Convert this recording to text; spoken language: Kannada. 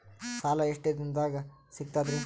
ಸಾಲಾ ಎಷ್ಟ ದಿಂನದಾಗ ಸಿಗ್ತದ್ರಿ?